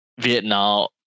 Vietnam